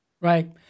Right